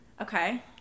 Okay